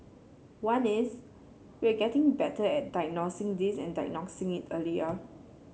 one is we are getting better at diagnosing this and diagnosing it earlier